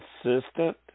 consistent